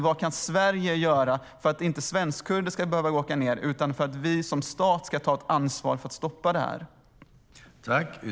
Vad kan Sverige göra för att vi som stat ska ta ett ansvar för att stoppa det här, så att svenskkurder inte ska behöva åka ned?